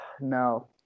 no